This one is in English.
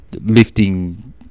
lifting